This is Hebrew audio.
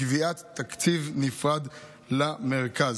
קביעת תקציב נפרד למרכז.